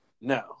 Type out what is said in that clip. No